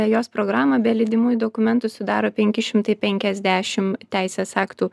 jos programą be lydimųjų dokumentų sudaro penki šimtai penkiasdešim teisės aktų